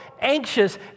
anxious